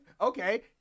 Okay